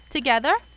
Together